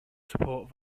support